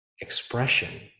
expression